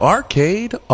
Arcade